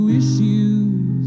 issues